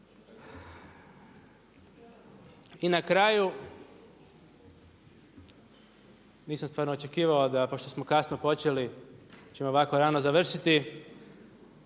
I na kraju, nisam stvarno očekivao da, pošto smo kasno počeli ćemo ovako rano završiti,